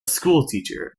schoolteacher